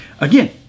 again